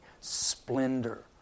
splendor